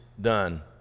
done